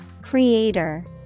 Creator